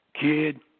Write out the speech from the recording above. kid